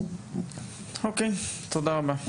"צלילת היכרות"